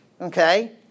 okay